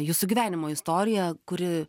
jūsų gyvenimo istoriją kuri